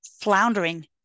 floundering